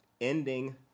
ending